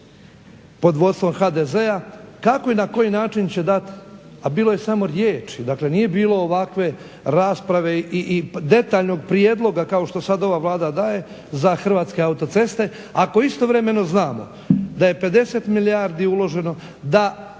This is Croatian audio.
pod vodstvom HDZ-a kako i na koji način će dati, a bilo je samo riječi dakle nije bilo ovakve rasprave i detaljnog prijedloga kao što sad ova Vlada daje za hrvatske autoceste ako istovremeno znamo da je 50 milijardi uloženo da